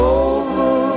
over